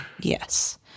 Yes